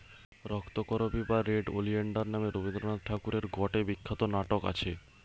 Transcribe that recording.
রক্তকরবী বা red oleander নামে রবীন্দ্রনাথ ঠাকুরের গটে বিখ্যাত নাটক আছে